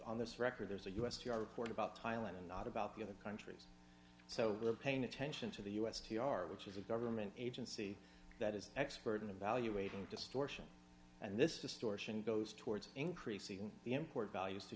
on this record there's a u s t r report about thailand and not about the other countries so we're paying attention to the u s t r which is a government agency that is expert in evaluating distortion and this distortion goes towards increasing the import values to